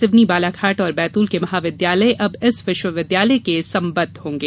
सिवनी बालाघाट और बैतूल के महाविद्यालय अब इस विश्वविद्यालय से संबद्ध होंगे